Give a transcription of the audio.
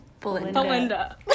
Belinda